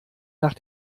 nach